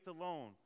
alone